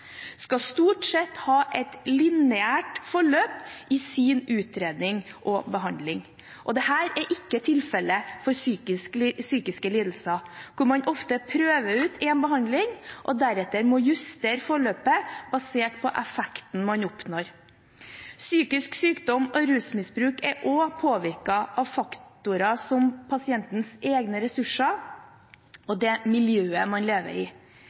stort sett skal ha et lineært forløp i sin utredning og behandling. Dette er ikke tilfellet for psykiske lidelser, hvor man ofte prøver ut en behandling og deretter må justere forløpet basert på effekten man oppnår. Psykisk sykdom og rusmisbruk er også påvirket av faktorer som pasientens egne ressurser og det miljøet man lever i.